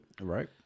right